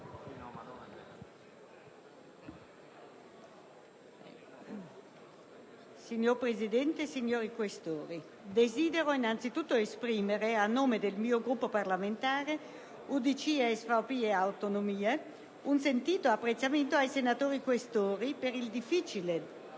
Signor Presidente, signori Questori, desidero innanzi tutto esprimere, a nome del Gruppo parlamentare UDC, SVP e Autonomie, un sentito apprezzamento ai senatori Questori per il difficile e